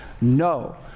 No